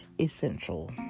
essential